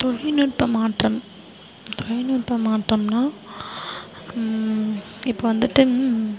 தொழில்நுட்பம் மாற்றம் தொழில்நுட்பம் மாற்றம்னா இப்போ வந்துவிட்டு